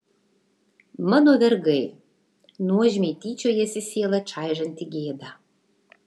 mano vergai nuožmiai tyčiojasi sielą čaižanti gėda